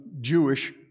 Jewish